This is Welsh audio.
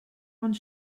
ond